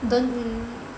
then